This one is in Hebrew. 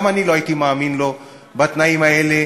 גם אני לא הייתי מאמין לו בתנאים האלה,